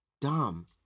Dumb